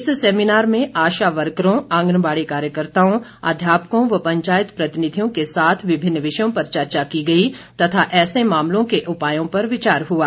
इस सेमिनार में आशा वर्करों आंगनबाडी कार्यकर्ताओं अध्यापकों व पंचायत प्रतिनिधियों के साथ विभिन्न विषयों पर चर्चा की गई तथा ऐसे मामलों के उपायों पर विचार हुआ